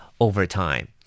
overtime